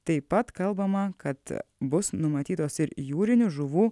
taip pat kalbama kad bus numatytos ir jūrinių žuvų